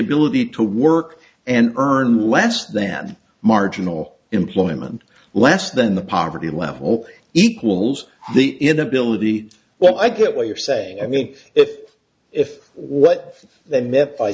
ability to work and earn less than marginal employment less than the poverty level equals the inability well i get what you're saying i mean if if what the net by